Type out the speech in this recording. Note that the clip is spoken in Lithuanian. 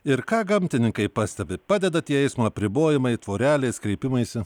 ir ką gamtininkai pastebi padeda tie eismo apribojimai tvorelės kreipimaisi